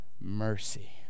mercy